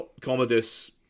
Commodus